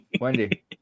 Wendy